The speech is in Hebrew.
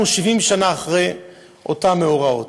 אנחנו 70 שנה אחרי אותם מאורעות.